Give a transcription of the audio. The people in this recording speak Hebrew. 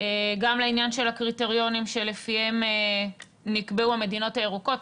גם לעניין של הקריטריונים שלפיהם נקבעו המדינות הירוקות.